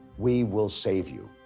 we will save you.